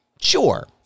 Sure